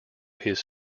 his